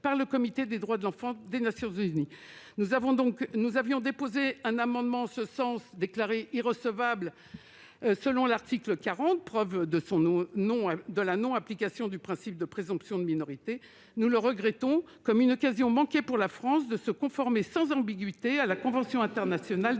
par le Comité des droits de l'enfant des Nations unies. Nous avons déposé un amendement en ce sens, qui a été déclaré irrecevable au titre de l'article 40 de la Constitution- c'est une preuve de la non-application du principe de présomption de minorité. Nous le regrettons comme une occasion manquée pour la France de se conformer sans ambiguïté à la Convention internationale